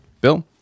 Bill